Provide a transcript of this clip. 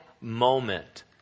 moment